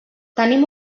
tenim